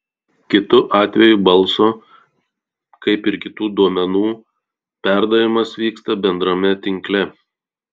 kitu atveju balso kaip ir kitų duomenų perdavimas vyksta bendrame tinkle